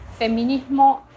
feminismo